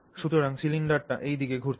সুতরাং সিলিন্ডারটি এই দিকে ঘুরছে